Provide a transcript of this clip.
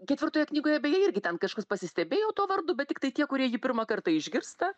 ketvirtoje knygoje beje irgi ten kažkas pasistebėjo tuo vardu bet tiktai tie kurie jį pirmą kartą išgirsta